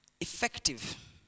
Effective